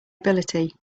ability